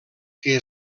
que